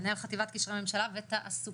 מנהל חטיבת קשרי ממשלה ותעסוקה,